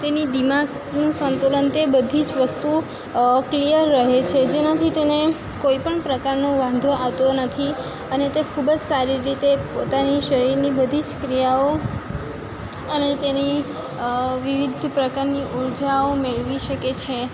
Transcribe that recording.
તેની દિમાગનું સંતુલન તે બધી જ વસ્તુઓ ક્લિયર રહે છે જેનાથી તેને કોઈ પણ પ્રકારનો વાંધો આવતો નથી અને તે ખૂબ જ સારી રીતે પોતાના શરીરની બધી જ ક્રિયાઓ અને તેની વિવિધ પ્રકારની ઉર્જાઓ મેળવી શકે છે